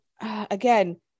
again